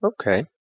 Okay